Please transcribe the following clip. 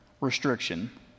restriction